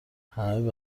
همه